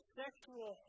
sexual